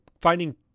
finding